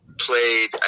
Played